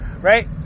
right